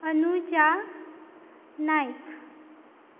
Anuja Naik